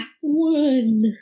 one